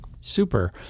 Super